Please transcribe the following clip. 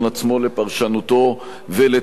לפרשנותו ולתיקוניו.